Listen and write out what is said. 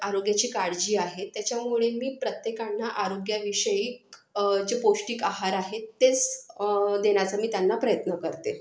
आरोग्याची काळजी आहे त्याच्यामुळे मी प्रत्येकांना आरोग्याविषयी जे पौष्टिक आहार आहे तेच देण्याचा मी त्यांना प्रयत्न करते